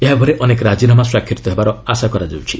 ଏହାପରେ ଅନେକ ରାଜିନାମା ସ୍ୱାକ୍ଷରିତ ହେବାର ଆଶା କରାଯାଉଛି